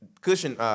cushion